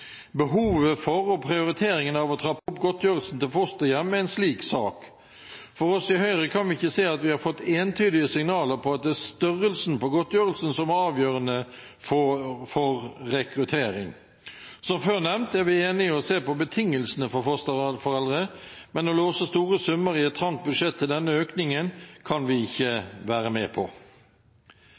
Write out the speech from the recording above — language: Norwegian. Behovet for og prioriteringen av å trappe opp godtgjørelsen til fosterhjem er en slik sak. For oss i Høyre kan vi ikke se at vi har fått entydige signaler om at det er størrelsen på godtgjørelsen som er avgjørende for rekrutteringen. Som før nevnt er vi enige om å se på betingelsene for fosterforeldre, men å låse store summer i et trangt budsjett til denne økningen kan vi ikke være med på.